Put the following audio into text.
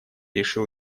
решил